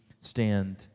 stand